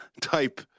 type